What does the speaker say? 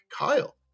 Kyle